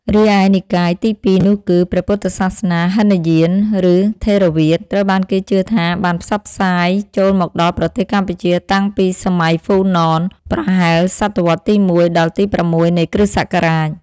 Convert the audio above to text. រីឯនិកាយទី២នោះគឺ ព្រះពុទ្ធសាសនាហីនយាន ឬ ថេរវាទ ត្រូវបានគេជឿថាបានផ្សព្វផ្សាយចូលមកដល់ប្រទេសកម្ពុជាតាំងពីសម័យហ្វូណន ប្រហែលសតវត្សរ៍ទី ១ ដល់ទី ៦ នៃគ.ស.។